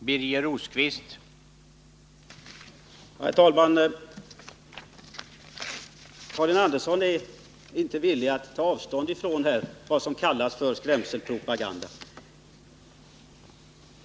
Herr talman! Karin Andersson är alltså inte villig att ta avstånd från det som i den här kampanjplanen sagts om skrämselpropaganda.